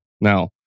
Now